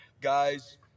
guys